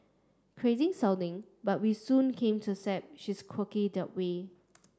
crazy sounding but we soon came to accept she is quirky that way